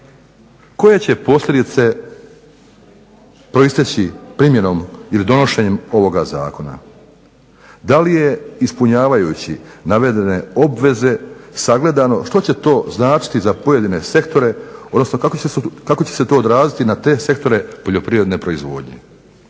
Koje će posljedice proisteći primjenom ili donošenjem ovoga zakona? Da li je ispunjavajući navedene obveze sagledano što će to značiti za pojedine sektore, odnosno kako će se to odraziti na te sektore poljoprivredne proizvodnje?